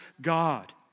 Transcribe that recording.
God